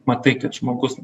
matai kad žmogus